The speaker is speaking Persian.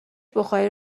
بخاری